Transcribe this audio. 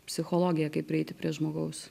psichologija kaip prieiti prie žmogaus